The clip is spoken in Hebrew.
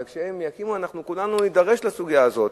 אבל כשהם יקימו אנחנו כולנו נידרש לסוגיה הזאת,